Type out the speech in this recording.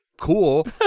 cool